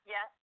Yes